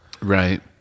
Right